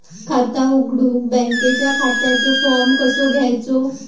खाता उघडुक बँकेच्या खात्याचो फार्म कसो घ्यायचो?